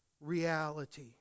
reality